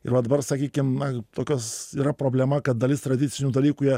ir va dabar sakykim man tokios yra problema kad dalis tradicinių dalykų jie